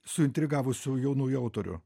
suintrigavusių jaunųjų autorių